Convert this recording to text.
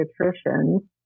pediatricians